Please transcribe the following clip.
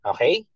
Okay